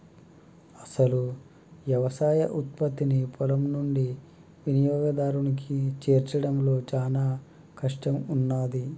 అసలు యవసాయ ఉత్పత్తిని పొలం నుండి వినియోగదారునికి చేర్చడంలో చానా కష్టం ఉన్నాది